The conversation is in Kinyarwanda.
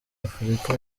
afurika